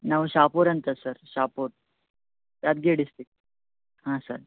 ನಾವು ಶಾಪುರ ಅಂತ sir Shapur Yadgiri district ಹಾಂ ಸರ್